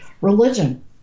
Religion